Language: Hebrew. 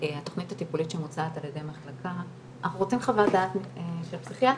התכנית הטיפולית שמוצעת על ידי מחלקה אנחנו רוצים חוות דעת של פסיכיאטר,